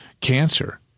cancer